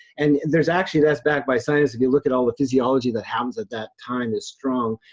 and there's actually, that's backed by science. if you look at all the physiology that happens at that time is strong.